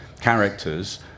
characters